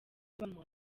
ubamo